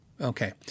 Okay